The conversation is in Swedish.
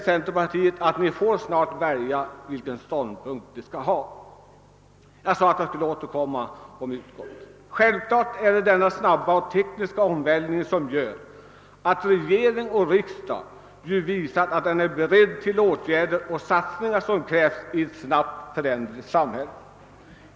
Centerpartiet får snart välja vilken ståndpunkt det skall ta. Självklart är det den snabba och tekniska omvälvningen som har varit anledningen till att regering och riksdag visat sig beredda att vidta de åtgärder och göra de satsningar som krävs i ett snabbt föränderligt samhälle.